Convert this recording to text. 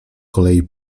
kolei